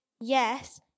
yes